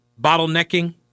bottlenecking